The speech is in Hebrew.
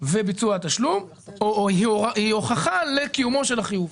וביצוע התשלום היא הוכחה לקיומו של החיוב.